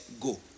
go